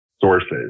sources